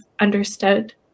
understood